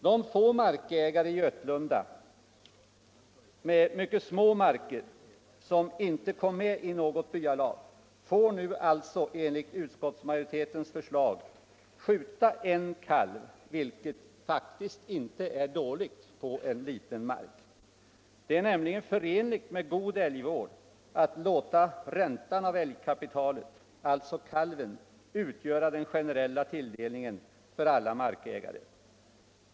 De få markägare med mycket små marker i Götlunda vilka inte kom med i något byalag får nu alltså enligt utskottsmajoritetens förslag skjuta en kalv var, vilket faktiskt inte är dåligt på en liten mark. Det är nämligen förenligt med god älgvård att låta räntan av älgkapitalet, alltså kalven, utgöra den generella tilldelningen för alla markägare.